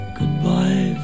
Goodbye